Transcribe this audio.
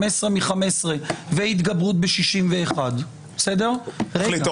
15/15 והתגברות ב-61 --- תחליט,